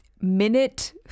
minute